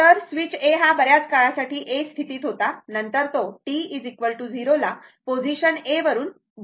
तर switch A हा बर्याच काळासाठी A स्थितीत होता नंतर तो t 0 ला पोझिशन A वरून B जातो